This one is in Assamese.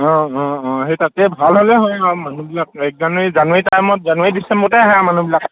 অঁ অঁ অঁ সেই তাতে ভাল হ'লে হয় আৰু মানুহবিলাক এক জানুৱাৰী জানুৱাৰী টাইমত জানুৱাৰী ডিচেম্বৰতে আহে আৰু মানুহবিলাক